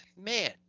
man